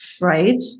right